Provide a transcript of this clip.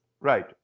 Right